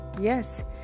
yes